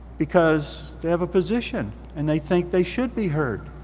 because they have a position, and they think they should be heard.